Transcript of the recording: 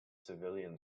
civilian